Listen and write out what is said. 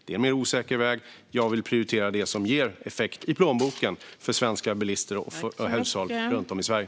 Det är en mer osäker väg, och jag vill prioritera det som ger effekt i plånboken för svenska bilister och hushåll runt om i Sverige.